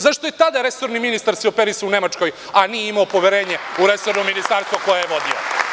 Zašto se tada resorni ministar operisao u Nemačkoj, a nije imao poverenje u resorno ministarstvo koje je vodio?